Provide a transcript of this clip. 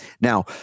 now